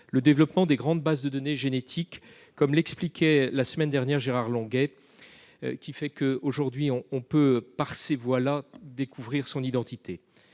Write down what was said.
Le développement des grandes bases de données génétiques, comme l'expliquait la semaine dernière Gérard Longuet, fait qu'on peut aujourd'hui, par ces voies-là, découvrir son identité.